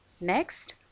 Next